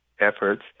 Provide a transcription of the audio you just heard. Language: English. efforts